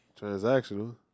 transactional